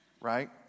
right